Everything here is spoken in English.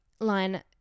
line